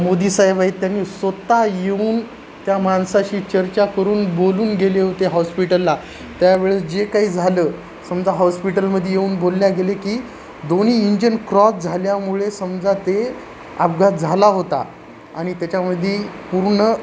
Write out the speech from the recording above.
मोदीसाहेब आहेत त्यांनी स्वत येऊन त्या माणसाशी चर्चा करून बोलून गेले होते हॉस्पिटलला त्यावेळेस जे काही झालं समजा हॉस्पिटलमध्ये येऊन बोलल्या गेले की दोन्ही इंजन क्रॉस झाल्यामुळे समजा ते अपघात झाला होता आणि त्याच्यामध्ये पूर्ण